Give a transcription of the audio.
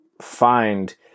find